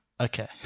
Okay